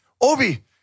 Obi